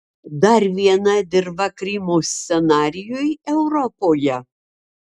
dar viena dirva krymo scenarijui europoje